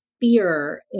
fear